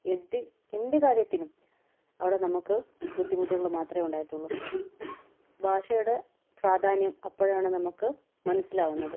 എത്തി എന്ത് കാര്യത്തിനും അവിടെ നമുക്ക് ബുദ്ധിമുട്ടുകൾ മാത്രമേ ഉണ്ടായിട്ടുള്ളൂ ഭാഷയുടെ പ്രാധാന്യം അപ്പോഴാണ് നമുക്ക് മനസിലാവുന്നത്